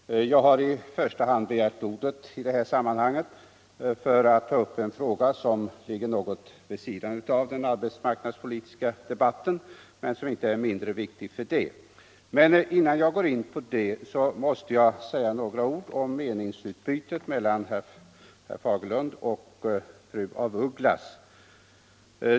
Herr talman! Jag har i första hand begärt ordet i det här sammanhanget för att ta upp en fråga som ligger litet vid sidan av den arbetsmarknadspolitiska debatten men som inte är mindre viktig för det. Men innan jag går in på den måste jag säga några ord om meningsutbytet mellan herr Fagerlund och fru af Ugglas.